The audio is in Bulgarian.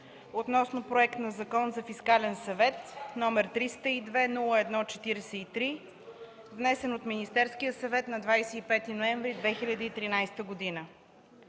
относно Проект на Закон за Фискален съвет, № 302-01-43, внесен от Министерския съвет на 25 ноември 2013 г.